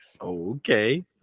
Okay